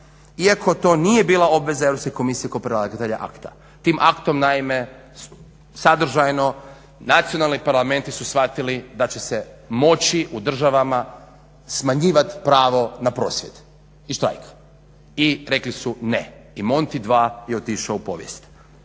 iako to nije bila obveza Europske komisije kao predlagatelja akta. Tim aktom naime sadržajno nacionalni parlamenti su shvatili da će se moći u državama smanjivat pravo na prosvjed i štrajk i rekli su ne. I MONTI 2 je otišao u povijest.